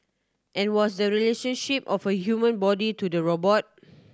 and what's the relationship of the human body to the robot